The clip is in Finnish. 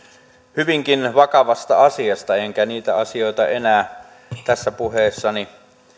hyvinkin vakavasta asiasta enkä niitä asioita enää tässä puheessani